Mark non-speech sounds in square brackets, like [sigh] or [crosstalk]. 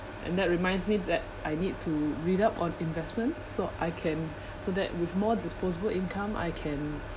and that reminds me that I need to read up on investment so I can [breath] so that with more disposable income I can